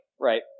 right